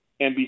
NBC